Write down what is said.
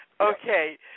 Okay